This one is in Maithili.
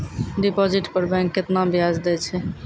डिपॉजिट पर बैंक केतना ब्याज दै छै?